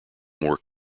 more